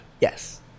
Yes